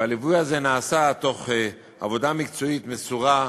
הליווי הזה נעשה תוך עבודה מקצועית מסורה,